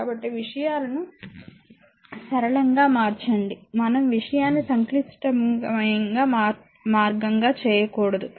కాబట్టి విషయాలను సరళంగా మార్చండి మనం విషయాన్ని సంక్లిష్టమైన మార్గంగా చేయకూడదు